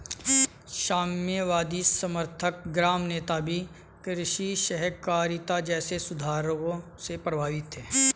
साम्यवादी समर्थक ग्राम नेता भी कृषि सहकारिता जैसे सुधारों से प्रभावित थे